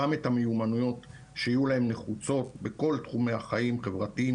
גם את המיומנויות שיהיו להם נחוצות בכל תחומי החיים חברתיים,